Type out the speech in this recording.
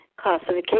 classification